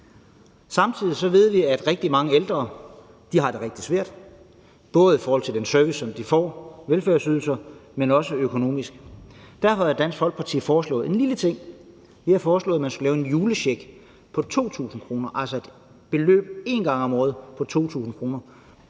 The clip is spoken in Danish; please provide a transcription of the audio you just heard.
Samtidig ved vi, at rigtig mange ældre har det rigtig svært, både i forhold til den service, som de får, velfærdsydelser, men også økonomisk. Derfor havde Dansk Folkeparti også foreslået en lille ting, nemlig at man skulle lave en julecheck på 2.000 kr., altså et beløb på 2.000 kr.